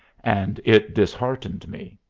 and it disheartened me.